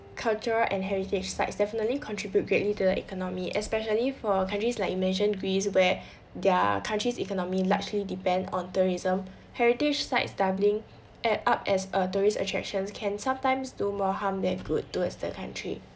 culture and heritage sites definitely contribute greatly to the economy especially for countries like you mention greece where their country's economy largely depend on tourism heritage sites stumbling add up as a tourist attractions can sometimes do more harm than good towards the country